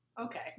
okay